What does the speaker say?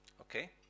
Okay